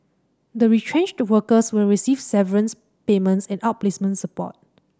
the retrenched workers will receive severance payments and outplacement support